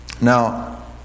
now